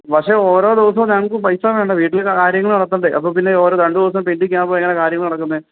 പക്ഷേ ഓരോ ദിവസവും ഞങ്ങൾക്ക് പൈസ വേണ്ടേ വീട്ടിലെ കാര്യങ്ങൾ നടത്തണ്ടേ അപ്പോൾ പിന്നെ ഓരോ രണ്ട് ദിവസം പെൻഡിങ്ങ് ആവുമ്പോൾ എങ്ങനെയാണ് കാര്യങ്ങൾ നടക്കുന്നത്